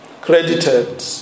credited